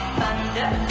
thunder